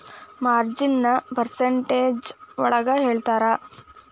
ಮಾರ್ಜಿನ್ನ percentage ಒಳಗ ಹೇಳ್ತರ